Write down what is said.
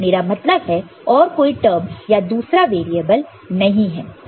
मेरा मतलब है और कोई टर्म या दूसरा वेरिएबल नहीं है